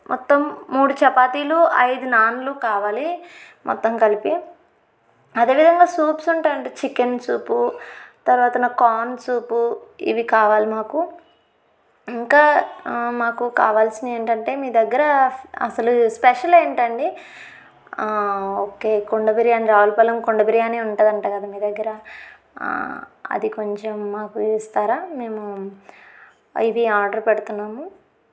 మొత్తం మూడు చపాతీలు ఐదు నాన్లు కావాలి మొత్తం కలిపి అదే విధంగా సూప్స్ ఉంటాయంట చికెన్ సూపు తర్వాత నాకు కార్న్ సూపు ఇవి కావాలి మాకు ఇంకా మాకు కావాల్సినియేంటంటే మీ దగ్గర అసలు స్పెషల్ ఏంటండి ఓకే కుండ బిర్యానీ రావులపాలం కుండ బిర్యానీ ఉంటదంట కదా మీ దగ్గర అది కొంచెం మాకు ఇస్తారా మేము ఇవి ఆర్డర్ పెడుతన్నాము